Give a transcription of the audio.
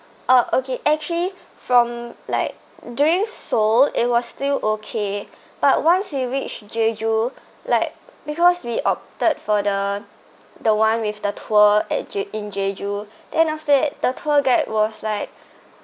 uh okay actually from like during seoul it was still okay but once he reached jeju like because we opted for the the one with the tour at je~ in jeju then after that the tour guide was like